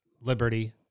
liberty